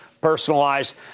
personalized